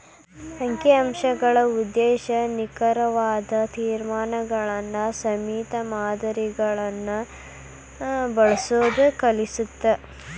ಅಂಕಿ ಅಂಶಗಳ ಉದ್ದೇಶ ನಿಖರವಾದ ತೇರ್ಮಾನಗಳನ್ನ ಸೇಮಿತ ಮಾದರಿಗಳನ್ನ ಬಳಸೋದ್ ಕಲಿಸತ್ತ